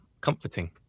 comforting